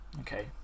Okay